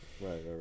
right